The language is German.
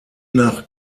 nach